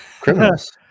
Criminals